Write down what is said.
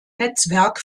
netzwerk